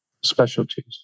specialties